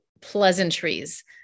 pleasantries